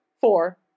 four